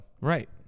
Right